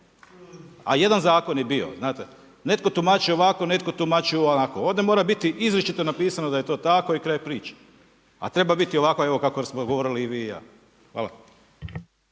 A jedan zakon je bio znate. Netko tumači ovako, netko tumači onako. Ovdje mora biti izričito napisano da je to tako i kraj priče. A treba biti ovako evo kako smo govorili i vi i ja. Hvala.